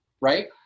right